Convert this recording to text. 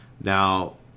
Now